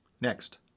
Next